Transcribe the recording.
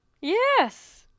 Yes